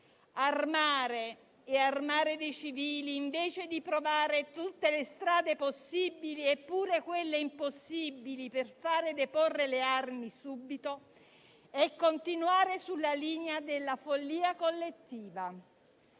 Armare - e armare civili - invece di provare tutte le strade possibili, e pure quelle impossibili, per fare deporre le armi subito, è continuare sulla linea della follia collettiva.